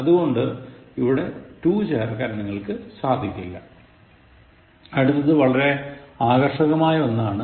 അതുകൊണ്ട് ഇവിടെ to ചേർക്കാൻ നിങ്ങൾക്ക് സാധിക്കില്ല അടുത്തത് വളരെ ആകർഷകമായ ഒന്നാണ്